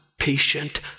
patient